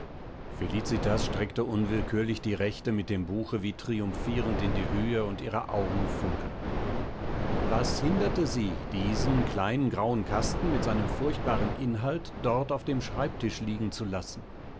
felicitas streckte unwillkürlich die rechte mit dem buche wie triumphierend in die höhe und ihre augen funkelten was hinderte sie diesen kleinen grauen kasten mit seinem furchtbaren inhalt dort auf dem schreibtisch liegen zu lassen